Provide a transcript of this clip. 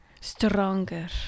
Stronger